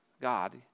God